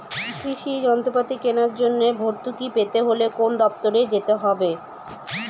কৃষি যন্ত্রপাতি কেনার জন্য ভর্তুকি পেতে হলে কোন দপ্তরে যেতে হবে?